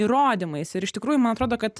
įrodymais ir iš tikrųjų man atrodo kad